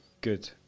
good